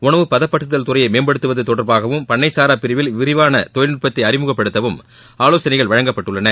உணவுப் பதப்படுத்துதல் துறையை மேம்படுத்துவது தொடர்பாகவும் பண்ணை சாரா பிரிவில் விரிவான தொழில்நுட்பத்தை அழிமுகப்படுத்தவும் ஆலோசனைகள் வழங்கப்பட்டுள்ளன